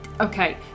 Okay